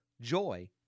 joy